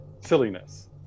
silliness